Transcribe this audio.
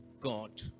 God